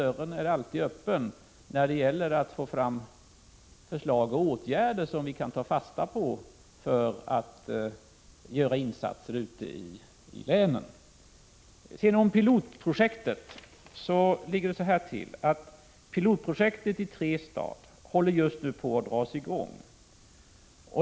Dörren är alltid öppen när det gäller att få fram förslag till åtgärder som vi kan ta fasta på för att göra insatser ute i länen. Beträffande pilotprojektet i Trestad ligger det så till att det just nu håller på att dras i gång.